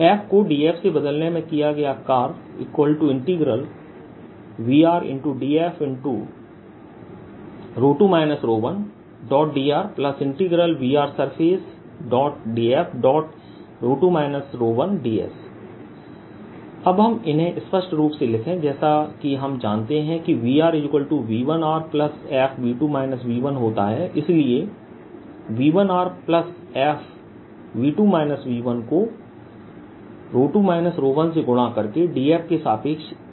f को df से बदलने में किया गया कार्य Vrdf2 1drVsurface df2 1ds आइए हम इन्हें स्पष्ट रूप से लिखें जैसाकि हम जानते हैं कि VrV1rfV2 V1होता है इसलिए V1rfV2 V1 को 2 1 से गुणा करके df के सापेक्ष इंटीग्रेट कर रहा हूं